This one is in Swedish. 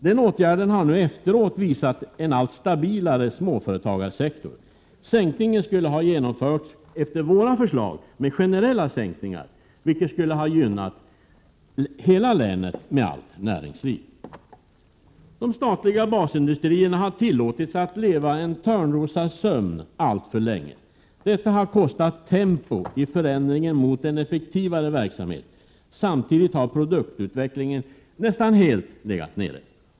Den åtgärden har nu efteråt visat som resultat en allt stabilare småföretagarsektor. Sänkningen skulle ha genomförts efter våra förslag med generella sänkningar, vilket skulle ha gynnat hela länet med allt näringsliv. De statliga basindustrierna har tillåtits att sova en Törnrosasömn alltför länge. Detta har kostat tempo i förändringen mot en effektivare verksamhet. Samtidigt har produktutvecklingen nästan helt legat nere.